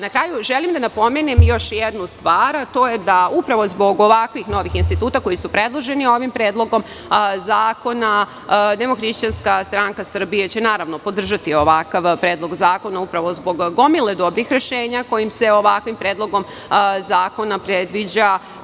Na kraju, želim da napomenem još jednu stvar, a to je da zbog ovakvih novih instituta koji su predloženi ovim predlogom zakona DHSS će naravno podržati ovakav predlog zakona zbog gomile ovakvih rešenja kojim se ovakvim predlogom zakona predviđa.